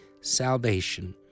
salvation